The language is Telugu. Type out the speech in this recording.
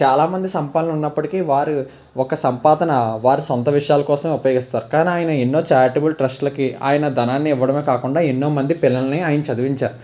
చాలామంది సంపన్నులు ఉన్నప్పటికీ వారు ఒక సంపాదన వారి సొంత విషయాల కోసం ఉపయోగిస్తారు కానీ ఆయన ఎన్నో ఛారిటబుల్ ట్రస్ట్లకి ఆయన ధనాన్ని ఇవ్వడమే కాకుండా ఎంతో మంది పిల్లల్ని ఆయన చదివించారు